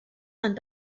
and